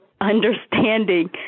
understanding